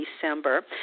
December